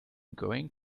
going